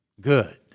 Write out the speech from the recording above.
good